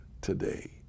today